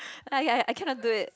I I I cannot do it